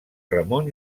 ramon